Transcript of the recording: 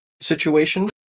situation